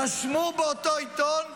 רשמו באותו עיתון: